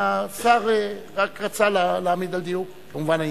והשר רק רצה להעמיד דברים על דיוקם.